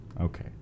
okay